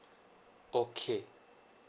okay